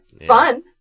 fun